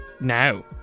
now